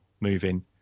moving